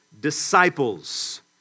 disciples